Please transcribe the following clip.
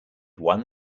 won